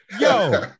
Yo